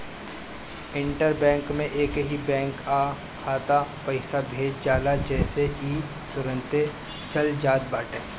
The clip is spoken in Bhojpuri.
इंटर बैंक में एकही बैंक कअ खाता में पईसा भेज जाला जेसे इ तुरंते चल जात बाटे